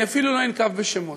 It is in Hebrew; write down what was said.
אני אפילו לא אנקוב בשמות,